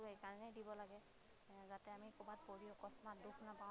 এইকাৰণেই দিব লাগে যাতে আমি ক'ৰবাত পৰি অকস্মাৎ দুখ নাপাওঁ